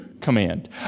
command